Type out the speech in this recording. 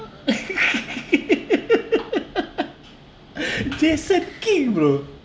jason kim bro